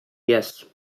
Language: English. yes